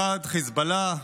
1. חיזבאללה,